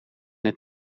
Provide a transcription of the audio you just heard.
een